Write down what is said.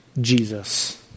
Jesus